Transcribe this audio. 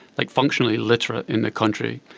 like functionally literate in the country.